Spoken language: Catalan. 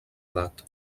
edat